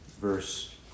verse